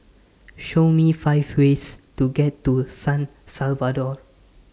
Show Me five ways to get to San Salvador